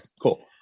cool